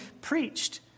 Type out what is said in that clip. preached